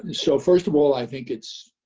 and so first of all, i think it's